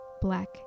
black